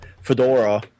Fedora